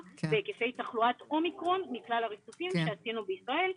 בהיקפי תחלואת אומיקרון מכלל הריצופים שעשינו בישראל.